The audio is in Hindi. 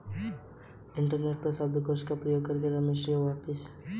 इंटरनेट पर शब्दकोश का प्रयोग कर रमेश ने वापसी का अर्थ पता किया